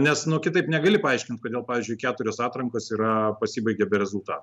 nes nu kitaip negali paaiškint kodėl pavyzdžiui keturios atrankos yra pasibaigė be rezultatų